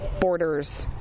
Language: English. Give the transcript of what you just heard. borders